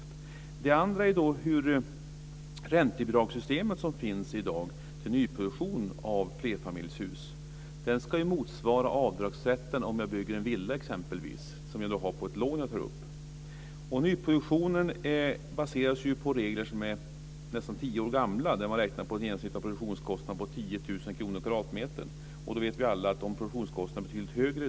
För det andra handlar det om det räntebidragssystem som i dag finns vad gäller nyproduktion av flerfamiljshus. De möjligheterna ska ju motsvara vad som gäller i fråga om avdragsrätten vid bygge av en villa exempelvis med tanke på det lån som tas. Nyproduktionen baseras ju på regler som är nästan tio år gamla. Man räknar alltså på en produktionskostnad om 10 000 kr per kvadratmeter. Men vi vet alla att produktionskostnaderna i dag är betydligt högre.